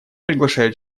приглашаю